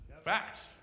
Facts